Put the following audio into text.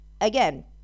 Again